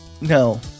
no